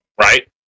Right